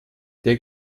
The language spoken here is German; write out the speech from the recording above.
der